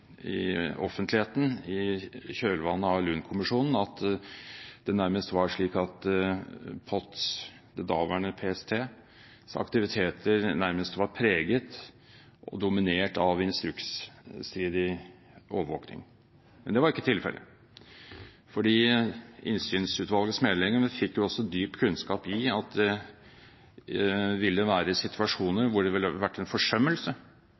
at det nærmest var slik at POTs – det daværende PST – aktiviteter nærmest var preget og dominert av instruksstridig overvåkning. Men det var ikke tilfellet, for Innsynsutvalgets medlemmer fikk også stor kunnskap om at det ville være situasjoner hvor det ville være en forsømmelse